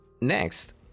Next